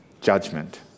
Judgment